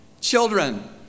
Children